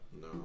no